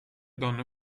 donne